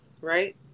right